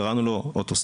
קראנו לו אוטוסטרדה,